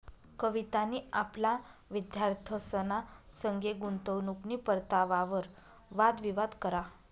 कवितानी आपला विद्यार्थ्यंसना संगे गुंतवणूकनी परतावावर वाद विवाद करा